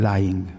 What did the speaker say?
Lying